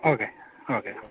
okay okay